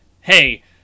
Hey